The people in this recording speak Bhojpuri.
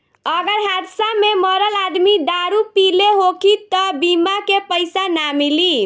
अगर हादसा में मरल आदमी दारू पिले होखी त बीमा के पइसा ना मिली